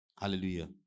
Hallelujah